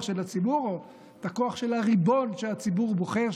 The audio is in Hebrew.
של הציבור או הכוח של הריבון שהציבור בוחר,